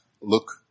look